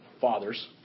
fathers